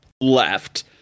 left